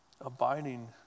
Abiding